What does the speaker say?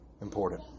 important